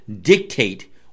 dictate